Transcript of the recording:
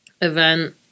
event